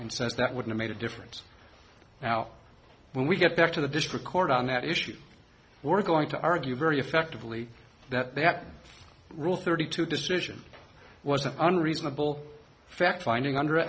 and says that would've made a difference now when we get back to the district court on that issue we're going to argue very effectively that the act rule thirty two decision was an unreasonable fact finding under